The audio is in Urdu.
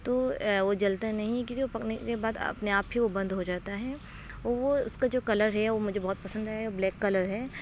تو وہ جلتا نہیں کیونکہ وہ پکنے کے بعد اپنے آپ ہی وہ بند ہو جاتا ہے وہ اس کا جو کلر ہے وہ مجھے بہت پسند آیا ہے بلیک کلر ہے